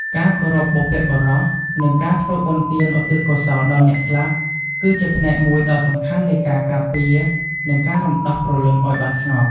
ការគោរពបុព្វបុរស និងការធ្វើបុណ្យទានឧទ្ទិសកុសលដល់អ្នកស្លាប់ គឺជាផ្នែកមួយដ៏សំខាន់នៃការការពារ និងការរំដោះព្រលឹងឱ្យបានស្ងប់។